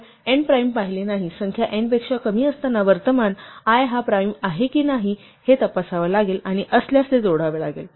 आपण n prime पाहिले नाही संख्या n पेक्षा कमी असताना वर्तमान i हा प्राइम आहे की नाही हे तपासावे लागेल आणि असल्यास ते जोडावे लागेल